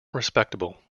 respectable